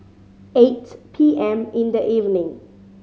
eight P M in the evening